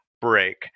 break